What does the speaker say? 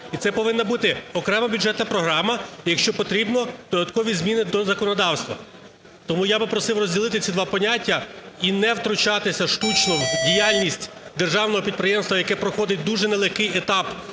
і це повинна бути окрема бюджетна програма, якщо потрібно, додаткові зміни до законодавства. Тому я би просив розділити ці два поняття і не втручатися штучно в діяльність державного підприємства, яке проходить дуже нелегкий етап